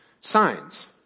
signs